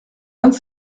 vingt